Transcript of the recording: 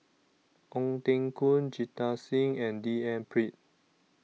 Ong Teng Koon Jita Singh and D N Pritt